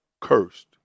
cursed